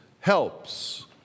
Helps